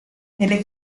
nelle